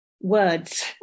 words